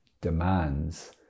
demands